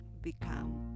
become